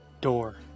Door